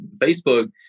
Facebook